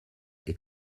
est